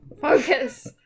Focus